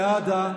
חבר הכנסת סעדה,